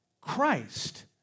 Christ